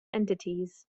entities